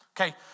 Okay